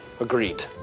agreed